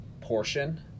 portion